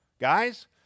Guys